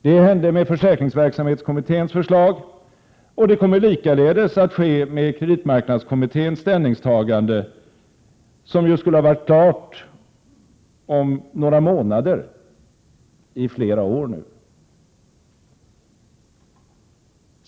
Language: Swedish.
Det hände med försäkringsverksamhetskommitténs förslag, och det kommer likaledes att ske med kreditmarknadskommitténs ställningstagande, som skulle ha varit klart om några månader i flera år nu.